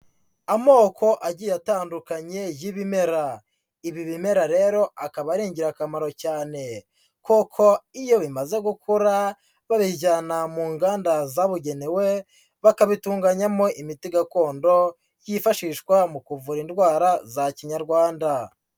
Amoko agiye atandukanye y'ibimera, ibi bimera rero akaba ari ingirakamaro cyane kuko iyo bimaze gukura babijyana mu nganda zabugenewe, bakabitunganyamo imiti gakondo yifashishwa mu kuvura indwara za Kinyarwanda.